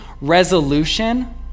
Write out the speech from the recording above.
resolution